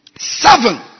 Seven